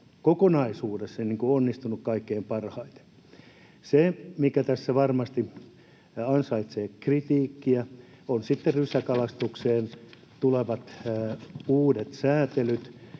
kokonaisuudessa onnistuneet kaikkein parhaiten. Se, mikä tässä varmasti ansaitsee kritiikkiä, ovat sitten rysäkalastukseen tulevat uudet säätelyt,